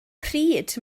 pryd